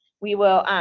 we will